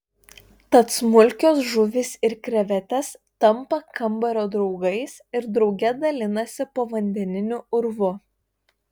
tad smulkios žuvys ir krevetės tampa kambario draugais ir drauge dalinasi povandeniniu urvu